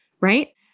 right